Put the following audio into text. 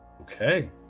Okay